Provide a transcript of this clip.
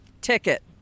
Ticket